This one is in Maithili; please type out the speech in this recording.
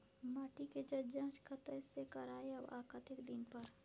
माटी के ज जॉंच कतय से करायब आ कतेक दिन पर?